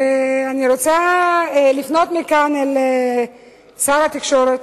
אני רוצה לפנות מכאן לשר התקשורת.